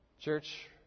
Church